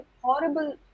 horrible